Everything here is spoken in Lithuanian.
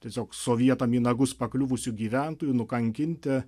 tiesiog sovietam į nagus pakliuvusių gyventojų nukankinti